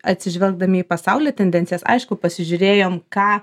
atsižvelgdami į pasaulio tendencijas aišku pasižiūrėjome ką